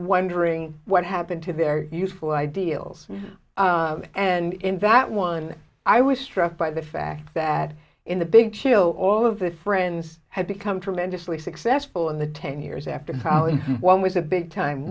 wondering what happened to their useful ideals and in fact one i was struck by the fact that in the big chill all of the friends had become tremendously successful in the ten years after college one was a big time